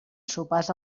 sopars